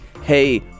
hey